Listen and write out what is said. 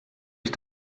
ich